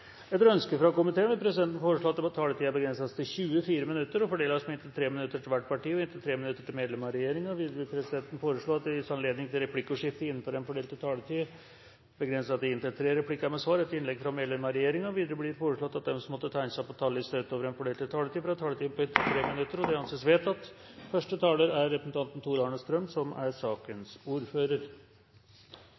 Etter ønske fra familie- og kulturkomiteen vil presidenten foreslå at taletiden begrenses til 40 minutter og fordeles med inntil 5 minutter til hvert parti og inntil 5 minutter til medlem av regjeringen. Videre vil presidenten foreslå at det gis anledning til replikkordskifte på inntil fem replikker med svar etter innlegg fra medlem av regjeringen innenfor den fordelte taletid. Videre blir det foreslått at de som måtte tegne seg på talerlisten utover den fordelte taletid, får en taletid på inntil 3 minutter. – Det anses vedtatt. Første taler er Olemic Thommessen, som får ordet for saksordfører Linda Hofstad Helleland. Linda Hofstad Helleland er